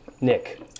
Nick